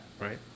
right